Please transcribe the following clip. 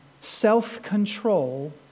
self-control